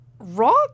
Rock